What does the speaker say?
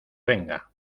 venga